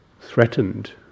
threatened